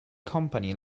company